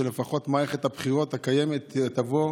שלפחות מערכת הבחירות הקיימת תבוא,